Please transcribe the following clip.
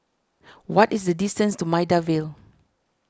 what is the distance to Maida Vale